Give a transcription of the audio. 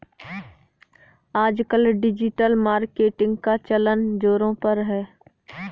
आजकल digital marketing का चलन ज़ोरों पर है